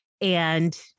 and-